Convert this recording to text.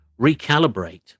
recalibrate